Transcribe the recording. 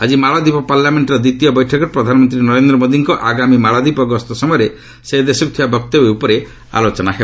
ଆଜି ମାଳଦ୍ୱୀପ ପାର୍ଲାମେଣ୍ଟର ଦ୍ୱିତୀୟ ବୈଠକରେ ପ୍ରଧାନମନ୍ତ୍ରୀ ନରେନ୍ଦ୍ର ମୋଦିଙ୍କ ଆଗାମୀ ମାଳଦ୍ୱୀପ ଗସ୍ତ ସମୟରେ ସେ ଦେବାକୁ ଥିବା ବକ୍ତବ୍ୟ ଉପରେ ଆଲୋଚନା ହେବ